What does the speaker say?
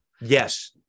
yes